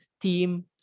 team